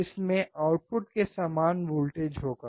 इसमें आउटपुट के समान वोल्टेज होगा